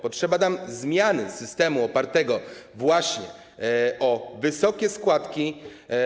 Potrzeba nam zmiany systemu opartego właśnie na wysokich składkach.